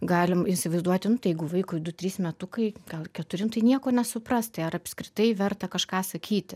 galim įsivaizduoti nu tai jeigu vaikui du trys metukai gal keturi nu tai nieko nesupras tai ar apskritai verta kažką sakyti